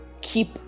keep